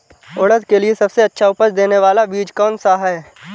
उड़द के लिए सबसे अच्छा उपज देने वाला बीज कौनसा है?